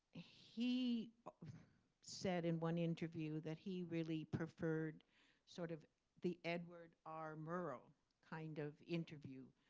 he said in one interview that he really preferred sort of the edward r. murrow kind of interview,